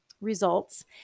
results